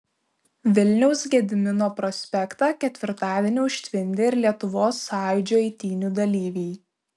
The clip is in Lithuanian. vilniaus gedimino prospektą ketvirtadienį užtvindė ir lietuvos sąjūdžio eitynių dalyviai